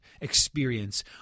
experience